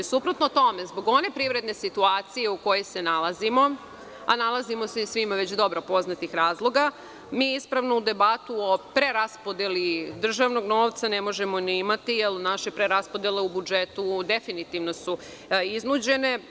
Suprotno tome, zbog one privredne situacije u kojoj se nalazimo, a nalazimo se iz svima već dobro poznatih razloga, mi ispravnu debatu o preraspodeli državnog novca ne može ni imati, jer naše preraspodele u budžetu definitivno su iznuđene.